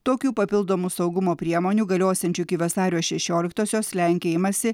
tokių papildomų saugumo priemonių galiosiančių iki vasario šešioliktosios lenkija imasi